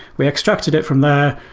we extracted it from there.